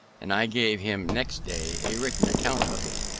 and i gave him next day a written account of it,